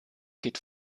geht